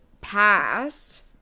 past